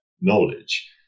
knowledge